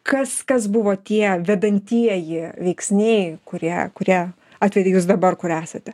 kas kas buvo tie vedantieji veiksniai kurie kurie atvedė jus dabar kur esate